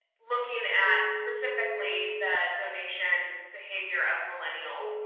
looking at, specifically, the donation behavior of millennials.